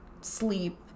sleep